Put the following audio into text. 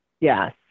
Yes